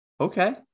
Okay